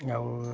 ଆଉ